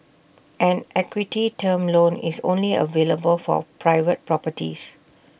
an equity term loan is only available for private properties